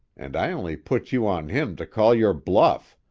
and i only put you on him to call your bluff.